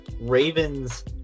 Ravens